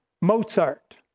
Mozart